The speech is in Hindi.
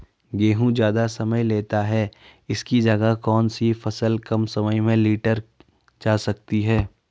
गेहूँ ज़्यादा समय लेता है इसकी जगह कौन सी फसल कम समय में लीटर जा सकती है?